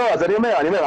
אני אומר,